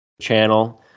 channel